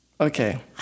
Okay